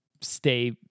stay